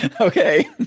Okay